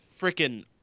freaking